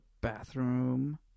bathroom